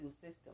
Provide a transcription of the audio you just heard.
system